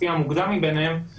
לפי המוקדם ביניהם,